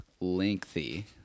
lengthy